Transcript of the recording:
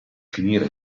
finire